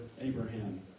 Abraham